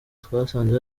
twasanze